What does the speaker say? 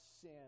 sin